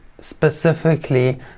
specifically